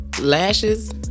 lashes